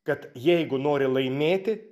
kad jeigu nori laimėti